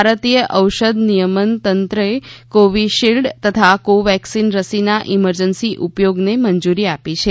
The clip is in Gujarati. ભારતીય ઔષધ નિયમન તંત્રે કોવીશીલ્ડ તથા કોવેક્સીન રસીના ઈમરજન્સી ઉપયોગની મંજુરી આપી છે